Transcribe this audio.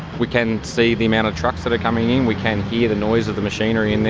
we can see the amount of trucks that are coming in, we can hear the noise of the machinery in there.